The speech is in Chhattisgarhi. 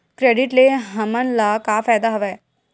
क्रेडिट ले हमन ला का फ़ायदा हवय?